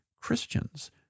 Christians